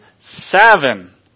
seven